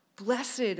Blessed